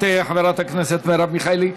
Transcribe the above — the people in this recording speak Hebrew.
רק דקה אחת, חברת הכנסת מרב מיכאלי.